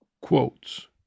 quotes